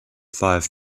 five